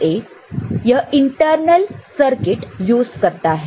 IC7408 यह internal circuit use करता है